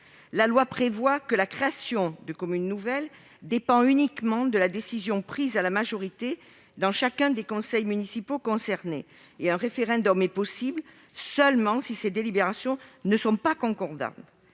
La loi prévoit que la création de communes nouvelles dépend uniquement de la décision prise à la majorité dans chacun des conseils municipaux concernés. Un référendum est possible seulement si ces délibérations ne sont pas concordantes.